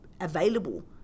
available